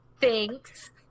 Thanks